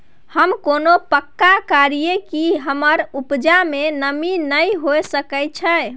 हम केना पक्का करियै कि हमर उपजा में नमी नय होय सके छै?